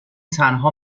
تنها